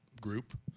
group